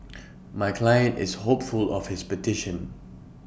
my client is hopeful of his petition